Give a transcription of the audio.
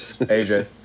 AJ